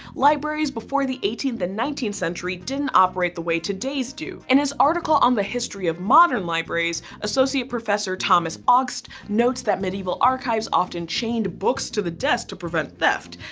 libraries before the eighteenth and nineteenth century didn't operate the way today's do. in his article on the history of modern libraries, associate professor thomas augst notes that medieval archives often chained books to the desks to prevent theft.